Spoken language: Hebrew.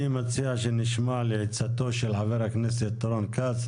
אני מציע שנשמע לעצתו של חבר הכנסת רון כץ.